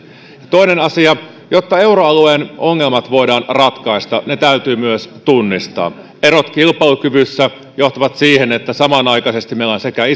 toinen asia jotta euroalueen ongelmat voidaan ratkaista ne täytyy myös tunnistaa erot kilpailukyvyssä johtavat siihen että samanaikaisesti meillä on sekä